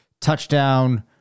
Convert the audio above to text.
touchdown